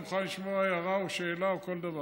אני מוכן לשמוע הערה או שאלה או כל דבר.